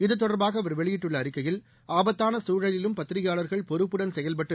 இது தொடர்பாக அவர் வெளியிட்டுள்ள அறிக்கையில் ஆபத்தான சூழலிலும் பத்திரிகையாளர்கள் பொறுப்புடன் செயல்பட்டு